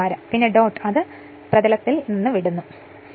പിന്നെ ഡോട്ട് എന്നാൽ അത് പ്രതലത്തിൽ നിന്ന് വിടുന്നു എന്നാണ്